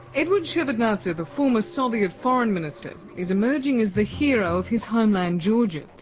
eduard shevardnadze, the former soviet foreign minister, is emerging as the hero of his homeland, georgia.